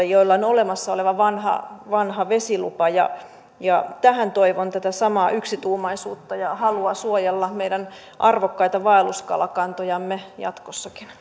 joilla on olemassa oleva vanha vanha vesilupa tähän toivon tätä samaa yksituumaisuutta ja halua suojella meidän arvokkaita vaelluskalakantojamme jatkossakin